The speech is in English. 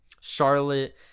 Charlotte